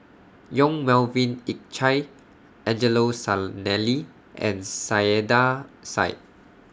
Yong Melvin Yik Chye Angelo Sanelli and Saiedah Said